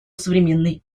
современной